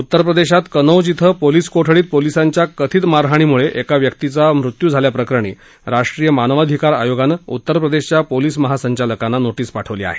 उत्तर प्रदेशात कनोज इथं पोलीस कोठडीत पोलिसांच्या कथित मारहाणीमुळं एका व्यक्तीचा मृत्यू झाल्याप्रकरणी राष्ट्रीय मानवाधिकार आयोगानं उत्तर प्रदेशच्या पोलीस महासंचलकांना नोरिझे पाठवली आहे